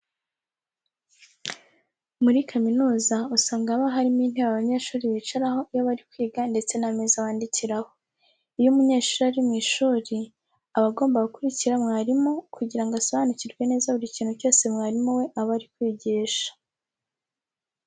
Muri kaminuza usanga haba harimo intebe abanyeshuri bicaraho iyo bari kwiga ndetse n'ameza bandikiraho. Iyo umunyeshuri ari mu ishuri aba agomba gukurikira mwarimu kugira ngo asobanukirwe neza buri kintu cyose mwarimu we aba ari kwigisha.